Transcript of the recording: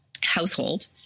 household